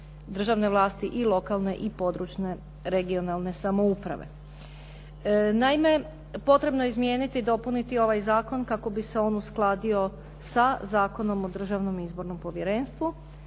državne vlasti i lokalne i područne (regionalne) samouprave. Naime, potrebno je izmijeniti i dopuniti ovaj zakon kako bi se on uskladio sa Zakonom o državnom izbornom povjerenstvu.